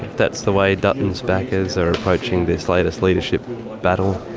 that's the way dutton's backers are approaching this latest leadership battle,